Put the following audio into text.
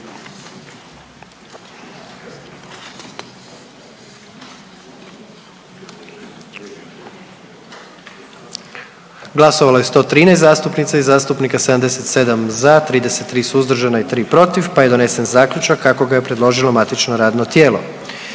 glasujmo. 111 zastupnica i zastupnika je glasovalo, 77 za, 31 suzdržan i 3 protiv pa je donesen Zaključak kako su ga predložila saborska radna tijela.